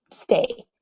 stay